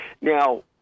Now